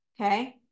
okay